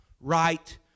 right